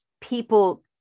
people